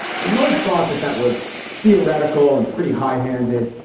and i always thought that that was theoretical and pretty high handed.